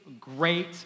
great